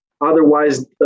Otherwise